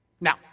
Now